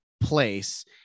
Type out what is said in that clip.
place